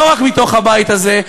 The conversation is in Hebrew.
לא רק מתוך הבית הזה,